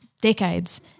decades